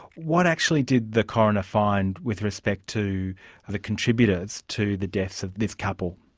what actually did the coroner find with respect to the contributors to the deaths of this couple?